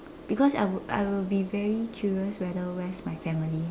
because I will I will be very curious whether where's my family